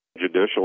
judicial